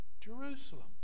Jerusalem